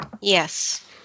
Yes